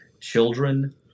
children